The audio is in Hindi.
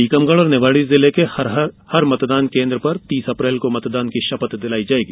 टीकमगढ़ और निवाड़ी जिले के हर मतदान केन्द्र पर तीस अप्रैल को मतदान की शपथ दिलाई जायेंगी